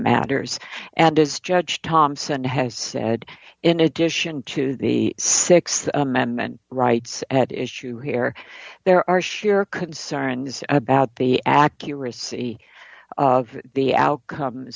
matters and is judge thompson has said in addition to the th amendment rights at issue here there are sheer concerns about the accuracy of the outcome